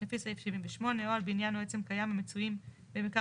לפי סעיף 78 או על בניין או עצם קיים המצויים במקרקעין